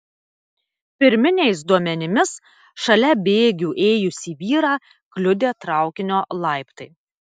pirminiais duomenimis šalia bėgių ėjusį vyrą kliudė traukinio laiptai